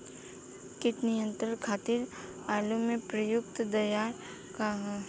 कीट नियंत्रण खातिर आलू में प्रयुक्त दियार का ह?